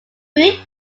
food